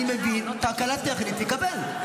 אני מבין, תקלה טכנית, תקבל.